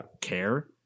care